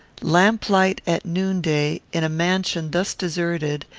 lamplight at noonday, in a mansion thus deserted,